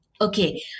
Okay